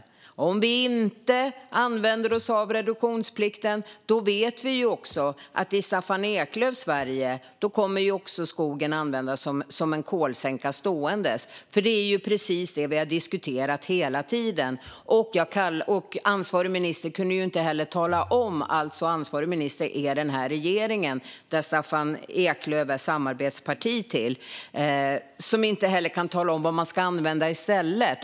Om vi inte använder oss av reduktionsplikten vet vi också att skogen i Staffan Eklöfs Sverige kommer att användas som en kolsänka ståendes. För det är ju precis detta vi har diskuterat hela tiden. Den ansvariga ministern i den regering som Staffan Eklöfs parti är samarbetsparti till kunde ju inte tala om vad man ska använda i stället.